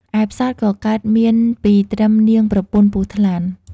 ឯផ្សោតក៏កើតមានពីត្រឹមនាងប្រពន្ធពស់ថ្លាន់។